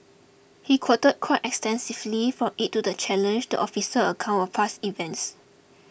he quoted quite extensively from it to challenge to officer account of past events